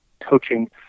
coaching